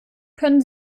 können